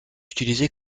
utilisé